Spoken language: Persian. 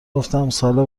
گفتم، سال